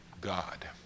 God